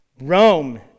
Rome